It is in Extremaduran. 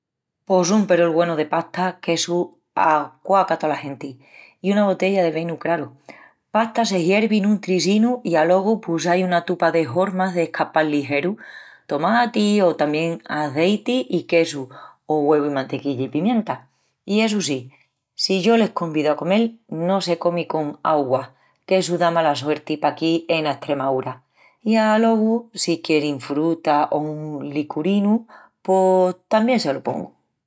Pos un perol güenu de pasta qu’essu aquaca a tola genti. I una botella de vinu, craru. Pasta se hiervi en un trisinu i alogu pos ai una tupa de hormas d'escapal ligeru. Tomati o tamién azeiti i quesu, o güevu i mantequilla i pimienta. I essu sí, si yo les convido a comel, no se comi con augua, qu'essu da mala suerti paquí ena Estremaúra. I alogu si quierin fruta o un licorinu, pos tamién se lo pongu.